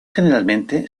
generalmente